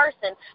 person